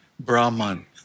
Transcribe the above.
Brahman